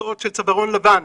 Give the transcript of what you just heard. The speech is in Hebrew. ומקצועות של צווארון לבן,